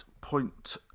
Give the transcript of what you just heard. point